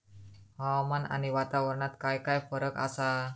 हवामान आणि वातावरणात काय फरक असा?